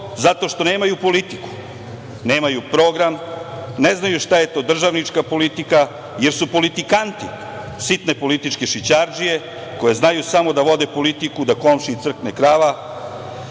zato što nemaju politiku, nemaju program, ne znaju šta je to državnička politika, jer su politikanti, sitne političke šićardžije, koji znaju samo da vode politiku da komšiji crkne krava.